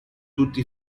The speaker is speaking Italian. tutti